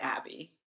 Abby